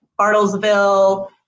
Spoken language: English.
Bartlesville